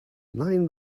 nine